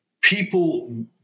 people